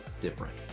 different